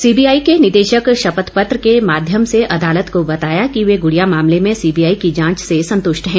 CBI के निदेशक ने शपथ पत्र के माध्यम से अदालत को बताया कि वे गुड़िया मामले में सीबीआई की जांच से संतृष्ट हैं